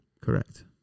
Correct